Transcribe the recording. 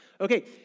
Okay